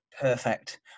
perfect